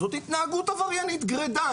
זאת התנהגות עבריינית גרידא,